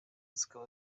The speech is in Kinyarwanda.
zikaba